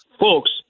folks